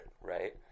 Right